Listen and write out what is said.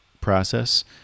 process